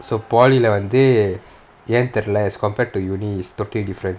so polytechnic leh வந்து ஏன் தெரில:vanthu yaen terila as compared to university is totally different